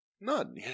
None